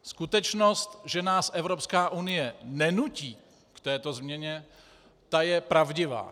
Skutečnost, že nás Evropská unie nenutí k této změně, ta je pravdivá.